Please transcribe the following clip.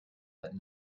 but